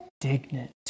indignant